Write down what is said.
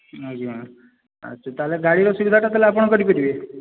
ଆଜ୍ଞା ଆଛା ତାହେଲେ ଗାଡ଼ି ସୁବିଧା ଟା ତାହେଲେ ଆପଣ କରିପାରିବେ